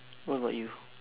what about you